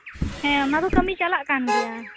ᱦᱮᱸ ᱚᱱᱟᱫᱚ ᱠᱟ ᱢᱤ ᱪᱟᱞᱟᱜ ᱠᱟᱱ ᱜᱮᱭᱟ